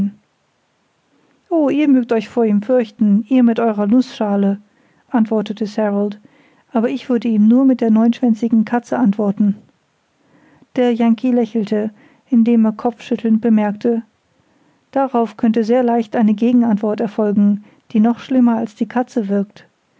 oh ihr mögt euch vor ihm fürchten ihr mit eurer nußschale antwortete sarald ich aber würde ihm nur mit der neunschwänzigen katze antworten der yankee lächelte indem er kopfschüttelnd bemerkte darauf könnte sehr leicht eine gegenantwort erfolgen die noch schlimmer als die katze wirkt